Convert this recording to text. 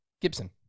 Gibson